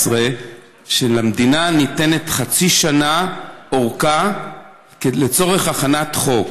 שלמדינה ניתנת חצי שנה ארכה לצורך הכנת חוק.